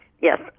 yes